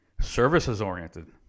services-oriented